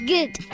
Good